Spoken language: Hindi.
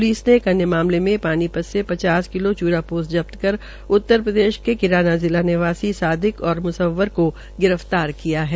प्लिस ने एक अन्य मामले में पानीपत से पचास किलो चूरापोस्त जब्तकर उत्तरप्रदेश के किराना जिला निवासी सादिक और मुसव्वर को गिरफ्तार किया है